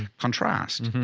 contrast,